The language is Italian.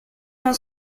non